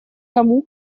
тому